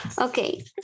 okay